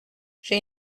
j’ai